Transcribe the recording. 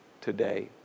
today